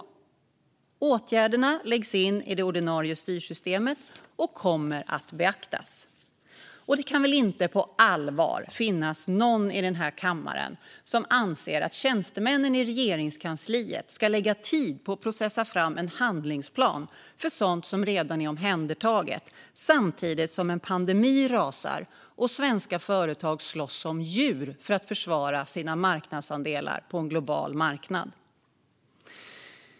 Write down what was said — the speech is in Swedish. Åtgärderna läggs in i det ordinarie styrsystemet och kommer att beaktas. Och det kan väl inte finnas någon i den här kammaren som på allvar anser att tjänstemännen i Regeringskansliet ska lägga tid på att processa fram en handlingsplan för sådant som redan är omhändertaget, samtidigt som en pandemi rasar och svenska företag slåss som djur för att klara sina marknadsandelar på en global marknad?